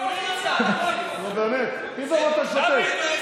תוריד אותה.